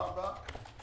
ארבע,